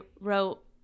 wrote